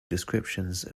descriptions